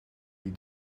die